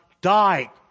died